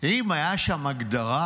אם הייתה שם הגדרה